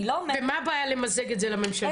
אני לא אומרת --- ומה הבעיה למזג את זה לממשלתית?